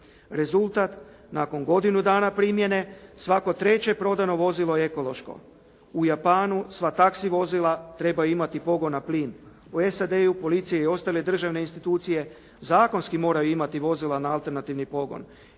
Rezultat, nakon godinu dana primjene, svako treće prodano vozilo je ekološko. U Japanu sva taxi vozila trebaju imati pogon na plin. U SAD-u policija i ostale državne institucije zakonski moraju imati vozila na alternativni pogon.